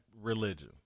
religion